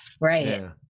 right